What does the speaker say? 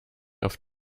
auf